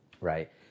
right